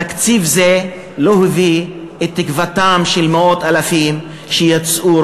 תקציב זה לא הביא את תקוותם של מאות אלפים שיצאו,